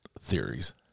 theories